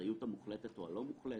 האחריות המוחלטת או הלא מוחלטת,